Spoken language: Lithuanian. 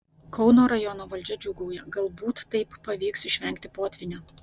kauno rajono valdžia džiūgauja galbūt taip pavyks išvengti potvynio